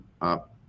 up